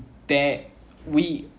there we